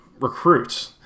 recruits